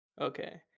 Okay